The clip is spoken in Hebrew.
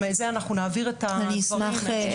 נעביר את הדברים אל היושבת-ראש.